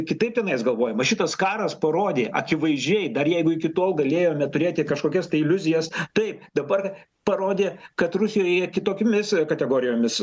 kitaip tenais galvojama šitas karas parodė akivaizdžiai dar jeigu iki tol galėjome turėti kažkokias tai iliuzijas taip dabar parodė kad rusijoje kitokiomis kategorijomis